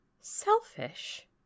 selfish